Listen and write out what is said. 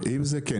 כן.